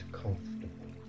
comfortable